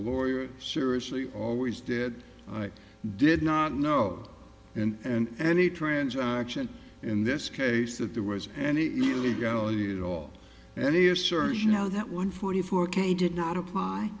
lawyer seriously always did i did not know and any transaction in this case that there was any illegality at all any assertion how that one forty four k did not apply